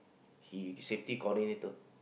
he safety coordinator